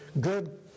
good